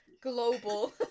global